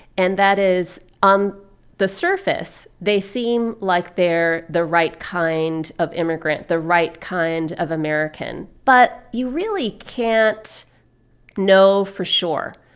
and that is, on the surface, they seem like they're the right kind of immigrant, the right kind of american, but you really can't know for sure.